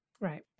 Right